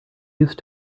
used